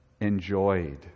enjoyed